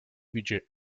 budget